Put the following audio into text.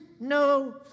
no